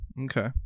Okay